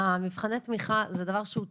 מבחני התמיכה זה דבר שהוא טוב,